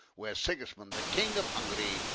where sigismund, the king of hungary,